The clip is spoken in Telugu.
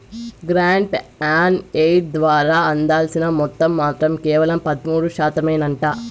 గ్రాంట్ ఆన్ ఎయిడ్ ద్వారా అందాల్సిన మొత్తం మాత్రం కేవలం పదమూడు శాతమేనంట